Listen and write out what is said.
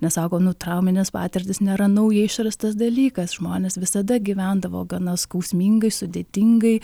nes sako nu trauminės patirtys nėra naujai išrastas dalykas žmonės visada gyvendavo gana skausmingai sudėtingai